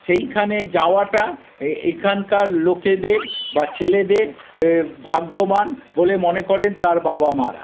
সেইখানে যাওয়াটা এখানকার লোকেদের বা ছেলেদের ভাগ্যবান বলে মনে করেন তার বাবা মারা